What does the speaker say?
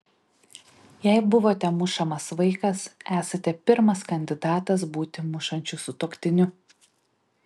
jei buvote mušamas vaikas esate pirmas kandidatas būti mušančiu sutuoktiniu